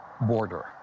border